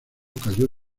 cayó